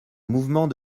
mouvement